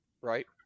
Right